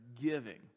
giving